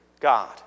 God